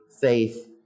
faith